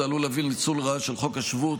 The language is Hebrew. עלול להביא לניצול לרעה של חוק השבות,